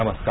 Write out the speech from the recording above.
नमस्कार